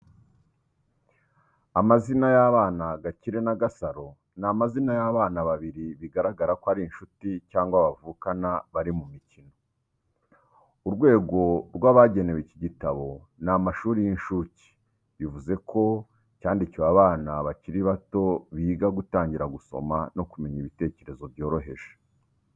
Amazina y’abana Gakire na Gasaro ni amazina y’abana babiri bigaragara ko ari inshuti cyangwa bavukana bari mu mikino. Urwego rw’abagenewe iki gitabo, ni amashuri y’inshuke, bivuze ko cyandikiwe abana bakiri bato biga gutangira gusoma no kumenya ibitekerezo byoroheje.